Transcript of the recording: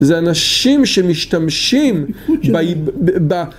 ‫זה אנשים שמשתמשים בעיב... ב...